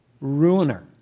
ruiner